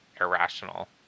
irrational